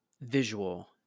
visual